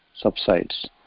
subsides